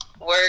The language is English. work